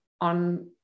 on